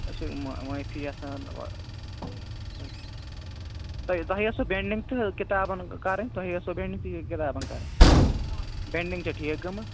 أسۍ چھِ معٲفی یَژھان تۄہہِ تۄہے ٲسوٕ باینڈِنٛگ تہٕ کِتابَن کَرٕنۍ تۄہے ٲسوٕ باینٛڈِنٛگ تہٕ یہِ کِتابَن کَرٕنۍ باینٛڈِنٛگ چھےٚ ٹھیٖک گٔمٕژ